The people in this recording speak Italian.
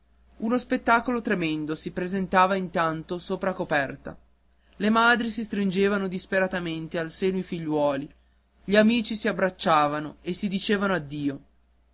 uno spettacolo tremendo si presentava intanto sopra coperta le madri si stringevano disperatamente al seno i figliuoli gli amici si abbracciavano e si dicevano addio